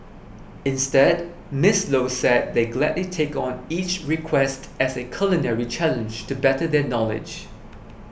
instead Miss Low said they gladly take on each request as a culinary challenge to better their knowledge